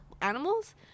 animals